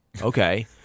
Okay